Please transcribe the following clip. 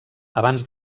abans